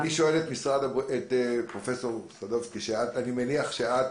אני שואל את פרופסור סדצקי, אני מניח שאת